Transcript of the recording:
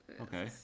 Okay